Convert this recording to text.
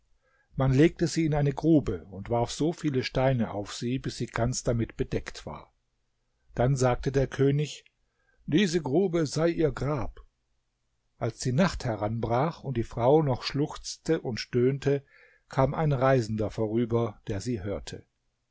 man legte sie in eine grube und warf so viele steine auf sie bis sie ganz damit bedeckt war dann sagte der könig diese grube sei ihr grab als die nacht heranbrach und die frau noch schluchzte und stöhnte kam ein reisender vorüber der sie hörte